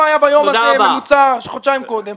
היה ביום הזה בממוצע של חודשיים קודם.